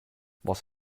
was